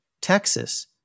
Texas